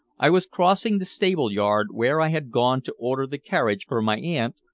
i was crossing the stable-yard where i had gone to order the carriage for my aunt,